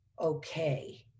okay